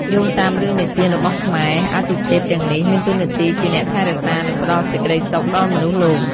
យោងតាមរឿងនិទានរបស់ខ្មែរ អាទិទេពទាំងនេះមានតួនាទីជាអ្នកថែរក្សា និងផ្តល់សេចក្តីសុខដល់មនុស្សលោក។